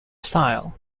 style